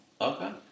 okay